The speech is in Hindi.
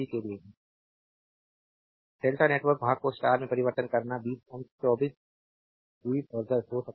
स्लाइड समय देखें 2848 डेल्टा नेटवर्क भाग को स्टार में परिवर्तित करना 20 Ω 24 20 और 10 हो सकता है